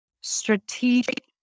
strategic